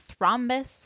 thrombus